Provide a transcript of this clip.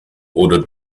oder